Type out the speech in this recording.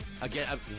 again